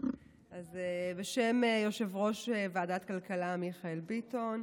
אז בשם יושב-ראש ועדת הכלכלה מיכאל ביטון,